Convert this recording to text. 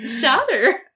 shatter